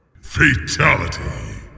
Fatality